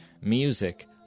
music